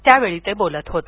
त्यावेळी ते बोलत होते